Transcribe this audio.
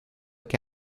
que